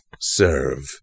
serve